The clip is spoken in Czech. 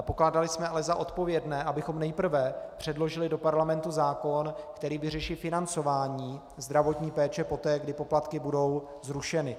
Pokládali jsme ale za odpovědné, abychom nejprve předložili do parlamentu zákon, který vyřeší financování zdravotní péče poté, kdy poplatky budou zrušeny.